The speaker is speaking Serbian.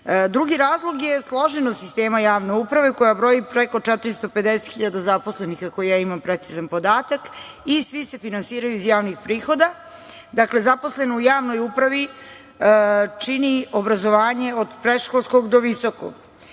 razlog je složenost sistema javne uprave koja broji preko 450.000 zaposlenih, ako ja imam precizan podatak, i svi se finansiraju iz javnih prihoda. Dakle, zaposlene u javnoj upravi čini obrazovanje, od predškolskog do visokog,